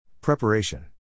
Preparation